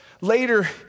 later